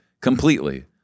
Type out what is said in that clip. completely